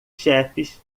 chefes